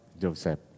Joseph